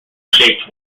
shaped